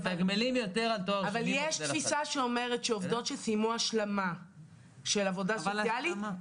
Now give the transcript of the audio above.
אבל יש תפיסה שאומרת שעובדות שסיימו השלמה של עבודה סוציאלית,